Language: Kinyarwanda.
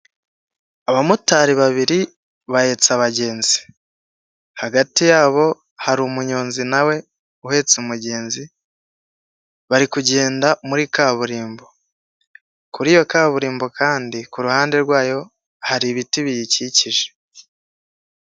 Abamotari babiri bahetse abagenzi, hagati yabo hari umuyonzi nawe uhetse umugenzi ,bari kugenda muri kaburimbo. Kuri iyo kaburimbo kandi ku ruhande rwayo, hari ibiti biyikikije.